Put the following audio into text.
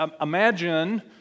imagine